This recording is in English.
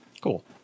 Cool